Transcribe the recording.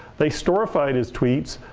they storified his tweets,